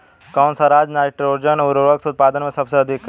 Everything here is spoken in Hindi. कौन सा राज नाइट्रोजन उर्वरक उत्पादन में सबसे अधिक है?